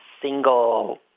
single